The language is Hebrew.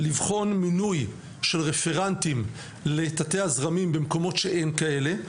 לבחון מינוי של רפרנטים לתתי הזרמים במקומות שאין כאלה,